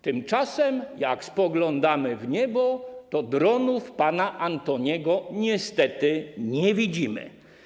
Tymczasem kiedy spoglądamy w niebo, to dronów pana Antoniego niestety nie widzimy.